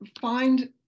find